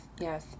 yes